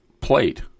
plate